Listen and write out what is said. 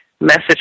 message